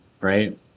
right